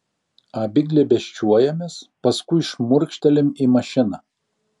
abi glėbesčiuojamės paskui šmurkštelim į mašiną